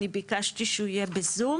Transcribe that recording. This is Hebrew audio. אני ביקשתי שהוא יהיה בזום,